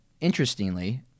interestingly